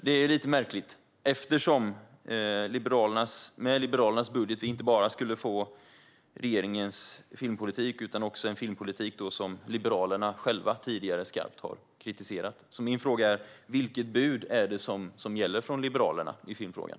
Det är lite märkligt eftersom vi med Liberalernas budget inte bara skulle få regeringens filmpolitik utan också en filmpolitik som Liberalerna själva har kritiserat skarpt tidigare. Min fråga är därför vilket bud det är som gäller från Liberalerna i filmfrågan.